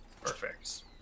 Perfect